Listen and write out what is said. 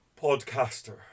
podcaster